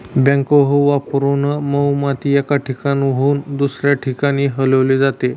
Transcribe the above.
backhoe वापरून मऊ माती एका ठिकाणाहून दुसऱ्या ठिकाणी हलवली जाते